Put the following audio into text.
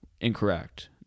incorrect